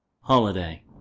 Holiday